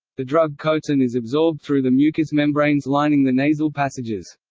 the drug coats and is absorbed through the mucous membranes lining the nasal passages.